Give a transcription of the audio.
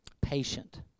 Patient